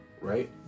right